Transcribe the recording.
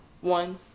one